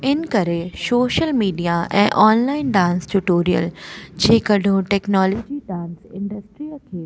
इन करे social media ऐं ऑनलाइन डांस ट्युटोरियल जेकॾहिं टेक्नोलॉजी डांस इंडस्ट्रीअ खे